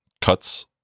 Cuts